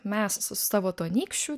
mes su savo tuo anykščių